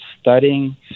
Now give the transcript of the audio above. studying